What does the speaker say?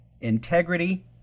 integrity